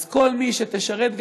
כל מי שתשרת,